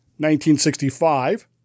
1965